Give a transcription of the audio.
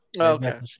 Okay